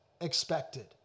expected